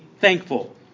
thankful